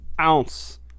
ounce